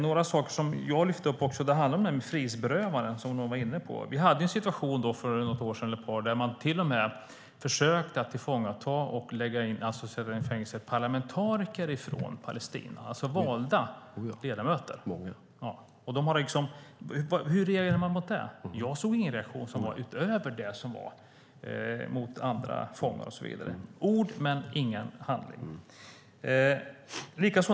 Några saker jag lyfte upp handlar om detta med frihetsberövande, som någon var inne på. Vi hade en situation för något eller ett par år sedan där man till och med försökte tillfångata parlamentariker från Palestina och sätta dem i fängelse. Det handlar alltså om valda ledamöter. : Oh ja, många.) Ja, och hur reagerar man på det? Jag såg ingen reaktion som var utöver den som var när det gäller andra fångar och så vidare. Det är ord men ingen handling.